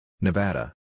Nevada